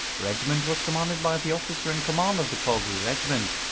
regiment was commanded by the officer in command of the calgary regiment,